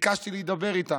ביקשתי להידבר איתם.